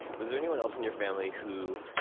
was there anyone else in your family who